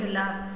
love